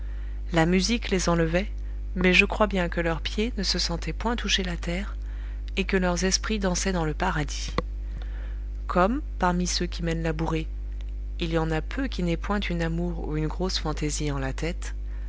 la musique les enlevait mais je crois bien que leurs pieds ne se sentaient point toucher la terre et que leurs esprits dansaient dans le paradis comme parmi ceux qui mènent la bourrée il y en a peu qui n'aient point une amour ou une grosse fantaisie en la tête